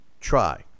try